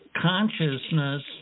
consciousness